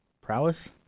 prowess